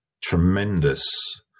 tremendous